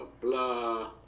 blah